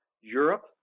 Europe